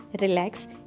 Relax